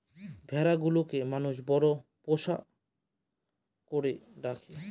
ভেড়া গুলোকে মানুষ বড় পোষ্য করে রাখে